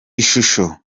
ishusho